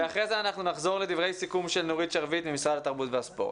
ואחרי זה אנחנו נחזור לדברי סיכום של נורית שרביט ממשרד התרבות והספורט.